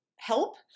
Help